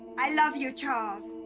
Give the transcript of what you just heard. i love you charles